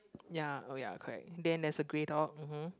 ya oh ya correct then there's a grey dog mmhmm